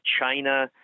China